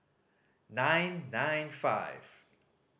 nine nine five